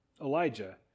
Elijah